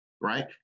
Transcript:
right